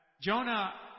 Jonah